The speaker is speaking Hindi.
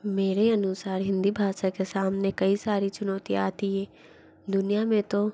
मेरे अनुसार हिन्दी भाषा के सामने कई सारी चुनौतियाँ आती है दुनिया में तो